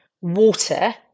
water